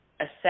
assess